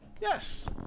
Yes